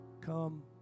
come